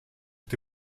est